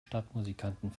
stadtmusikanten